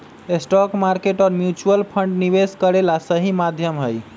stock market और mutual fund निवेश करे ला सही माध्यम हई